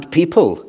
people